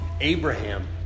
Abraham